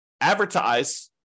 advertise